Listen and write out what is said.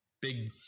big